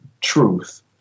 truth